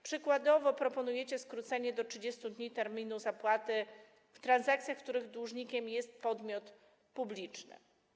Przykładowo proponujecie skrócenie do 30 dni terminu zapłaty w transakcjach, w których dłużnikiem jest podmiot publiczny.